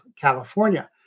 California